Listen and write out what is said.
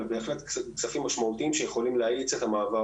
אבל בהחלט כספים משמעותיים שיכולים להאיץ את המעבר